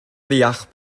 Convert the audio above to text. ddeall